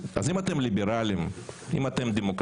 אם כבר אנחנו יכולים איכשהו להשפיע על הנוסח הפוגעני הזה,